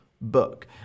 book